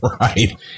Right